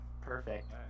Perfect